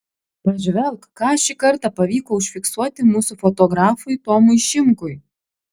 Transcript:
pažvelk ką šį kartą pavyko užfiksuoti mūsų fotografui tomui šimkui